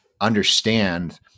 understand